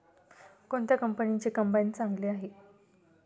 कोणत्या कंपनीचे कंबाईन चांगले आहे?